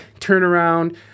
turnaround